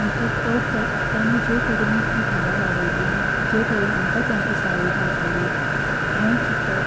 म्हणचे तो तेणें जे तरेन तीं झाडां वाडयल्लीं जे तरेन आमकां तांची सावळी गावताली हें चिंतप